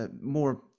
more